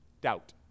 doubt